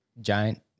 giant